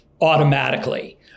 automatically